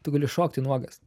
tu gali šokti nuogas